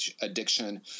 addiction